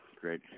great